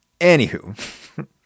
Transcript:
Anywho